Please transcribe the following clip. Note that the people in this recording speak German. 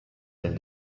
denn